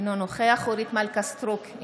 אינו נוכח אורית מלכה סטרוק,